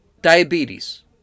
Diabetes